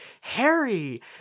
Harry